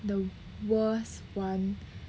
the worst one